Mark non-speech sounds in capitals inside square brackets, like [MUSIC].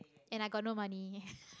and i got no money [LAUGHS]